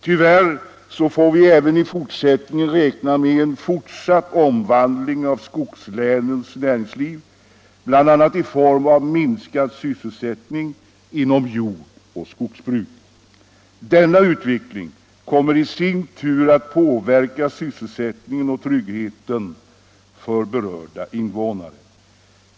Tyvärr får vi även i fortsättningen räkna med en fortsatt omvandling av skogslänens näringsliv, bl.a. i form av minskad sysselsättning inom jordoch skogsbruk. Denna utveckling kommer i sin tur att påverka sysselsättningen och tryggheten för länsinvånarna.